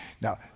Now